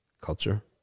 Culture